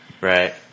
Right